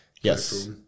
Yes